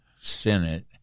Senate